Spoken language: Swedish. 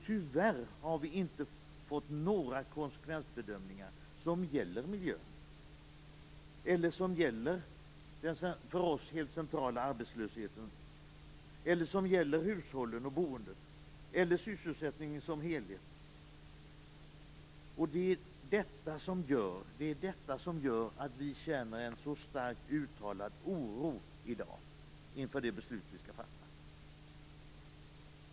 Tyvärr har vi inte fått några konsekvensbedömningar som gäller miljön, den för oss helt centrala arbetslösheten, hushållen och boendet eller för sysselsättningen som helhet. Det är detta som gör att vi i dag känner en så starkt uttalad oro inför det beslut som vi skall fatta.